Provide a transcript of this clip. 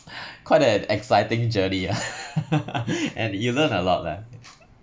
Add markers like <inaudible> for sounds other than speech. <breath> <laughs> quite an exciting journey <laughs> and you learn a lot lah